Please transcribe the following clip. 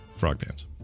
FrogPants